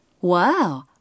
Wow